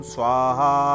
Swaha